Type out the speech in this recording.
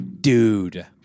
dude